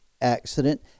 accident